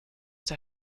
der